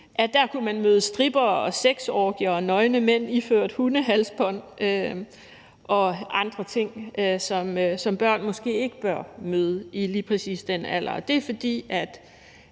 børn at møde strippere og sexorgier og nøgne mænd iført hundehalsbånd og andre ting, som børn måske ikke bør møde i lige præcis den alder. Og det er, fordi